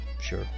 Sure